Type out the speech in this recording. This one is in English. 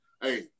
Hey